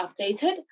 updated